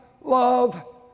love